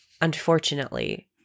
unfortunately